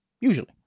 Usually